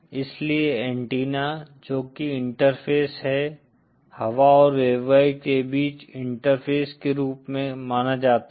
इसलिए एंटेना जो कि इंटरफ़ेस हैं हवा और वेवगाइड के बीच इंटरफेस के रूप में माना जाता है